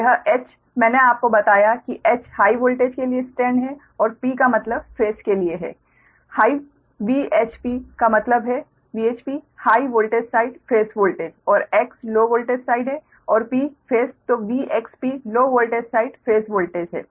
यह 'H' मैंने आपको बताया कि H हाइ वोल्टेज के लिए स्टैंड है और P का मतलब फेस के लिए है हाइ VHP का मतलब है VHP high voltage side phase voltage और X लो वोल्टेज साइड है और P phase VXP low voltage side phase voltage है